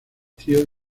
tío